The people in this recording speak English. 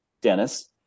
Dennis